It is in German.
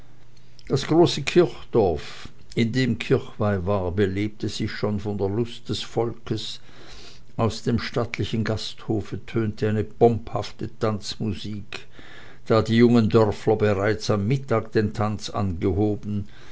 das große kirchdorf in dem kirchweih war belebte sich schon von der lust des volkes aus dem stattlichen gasthofe tönte eine pomphafte tanzmusik da die jungen dörfler bereits um mittag den tanz angehoben